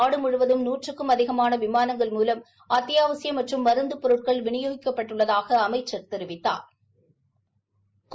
நாடு முழுவதும் நூற்றுக்கும் அதிகமான விமானங்கள் மூலம் அத்தியாவசிய மற்றும் மருந்து பொருட்கள் விநியோகிக்கப்பட்டுள்ளதாக அமைச்சள் தெரிவித்தாா்